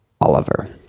Oliver